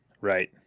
right